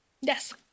Yes